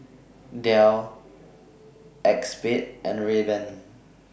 Dell ACEXSPADE and Rayban